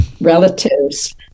relatives